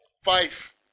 five